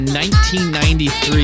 1993